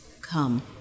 come